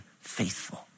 faithful